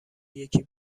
یکی